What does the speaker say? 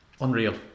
unreal